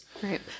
Right